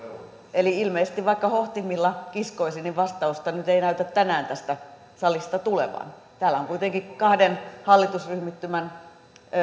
eli ilmeisesti vaikka hohtimilla kiskoisin vastausta nyt ei näytä tänään tästä salista tulevan täällä on kuitenkin kahden hallitusryhmittymän